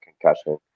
concussion